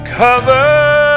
cover